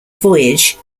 voyage